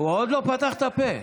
הוא עוד לא פתח את הפה.